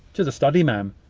to the study, ma'am,